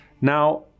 Now